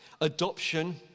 adoption